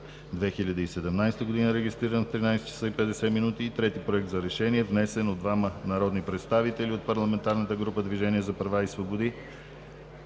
2017 г., регистриран в 13,50 ч., и трети Проект за решение, внесен от двама народни представители от парламентарната група „Движение за права и свободи“,